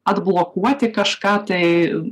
atblokuoti kažką tai